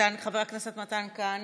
חבר הכנסת מתן כהנא,